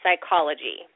psychology